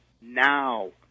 now